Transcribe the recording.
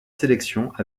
sélections